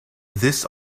this